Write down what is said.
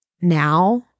now